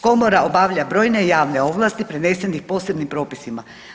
Komora obavlja brojne javne ovlasti prenesene posebnim propisima.